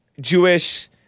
Jewish